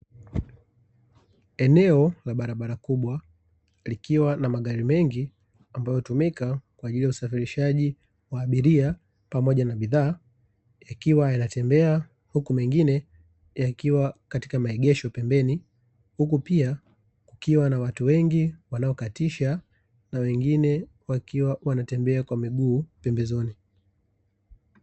Eneo la barabara kubwa likiwa na magari mengi, ambayo hutumika kwa ajili ya usafirishaji wa abiria pamoja na bidhaa, yakiwa yanatembea na mengine yakiwa katika maegesho pembeni, huku pia kukiwa na watu wengi wanaokatisha na wengine wakiwa wanatembea kwa miguu pembezoni.